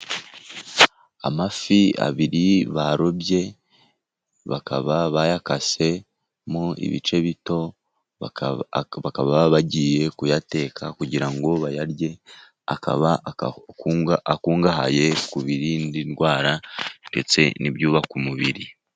Amafi abiri barobye bakaba bayakasemo ibice bito, bagiye kuyateka kugira ngo bayarye, akaba akungahaye ku birinda indwara ,ndetse n'ibyubaka umubiri.